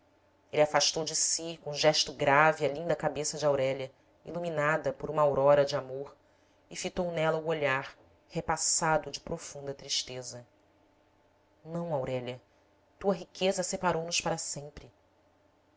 ele afastou de si com gesto grave a linda cabeça de aurélia iluminada por uma aurora de amor e fitou nela o olhar repassado de profunda tristeza não aurélia tua riqueza separou nos para sempre